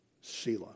Selah